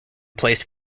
placed